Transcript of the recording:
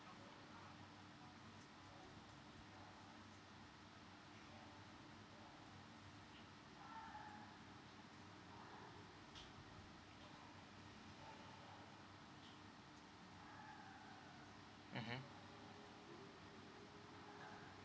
mmhmm